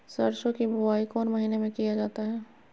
सरसो की बोआई कौन महीने में किया जाता है?